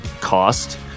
cost